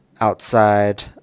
outside